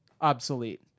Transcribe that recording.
obsolete